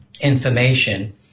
information